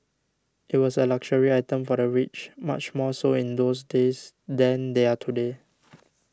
it was a luxury item for the rich much more so in those days than they are today